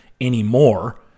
anymore